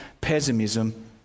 pessimism